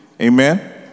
Amen